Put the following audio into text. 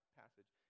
passage